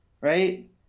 right